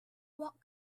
what